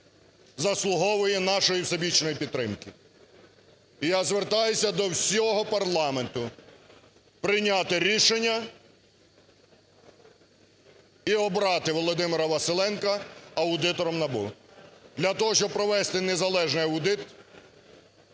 заслуговує нашої всебічної підтримки. І я звертаюся до всього парламенту прийняти рішення і обрати Володимира Василенка аудитором НАБУ для того, щоб провести незалежний аудит